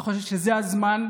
אני חושב שזה הזמן,